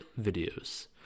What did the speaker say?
videos